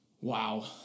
wow